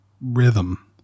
rhythm